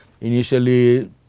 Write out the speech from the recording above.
Initially